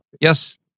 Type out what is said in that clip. Yes